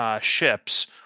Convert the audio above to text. ships